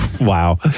Wow